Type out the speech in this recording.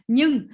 Nhưng